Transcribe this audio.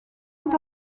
est